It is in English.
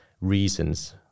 reasons